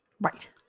Right